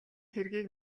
хэргийг